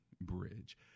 Bridge